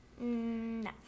No